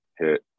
hit